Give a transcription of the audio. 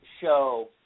show